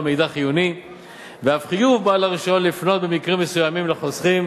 מידע חיוני ואף חיוב בעל הרשיון לפנות במקרים מסוימים לחוסכים